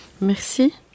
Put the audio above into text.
Merci